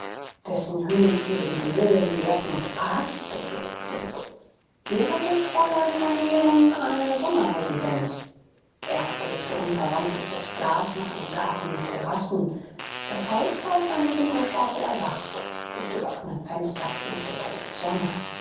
dessen höhenzüge mit villen gärten und parks besäet sind hier hatte fräulein vermehren eine sommerresidenz erb blickte unverwandt durch das glas nach einem garten mit terrassen das haus war aus seinem winterschlafe erwacht durch die offnen fenster flutete die sonne